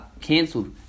cancelled